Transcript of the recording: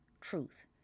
truth